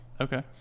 Okay